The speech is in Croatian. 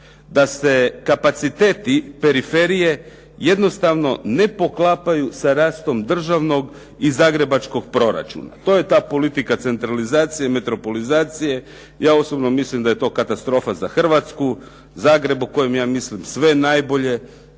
da se kapaciteti periferije jednostavno ne poklapaju sa rastom državnog i Zagrebačkog proračuna. To je ta politika centralizacije, metropolizacije. Ja osobno mislim da je to katastrofa za Hrvatsku. Zagreb o kojem ja mislim sve najbolje,